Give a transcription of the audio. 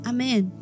Amen